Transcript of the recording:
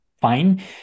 fine